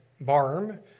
barm